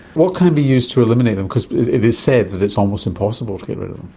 what can be used to eliminate them? because it is said that it's almost impossible to get rid of them.